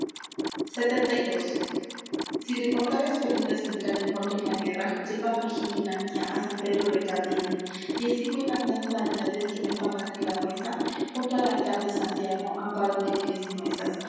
si de mortales feridas fincare muerto en la guerra llevadme jimena mía á san pedro de cardeña y así buena andanza hayades que me fagades la huesa junto al altar de santiago amparo de lides